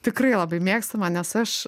tikrai labai mėgstama nes aš